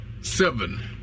seven